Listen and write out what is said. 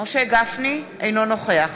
אינו נוכח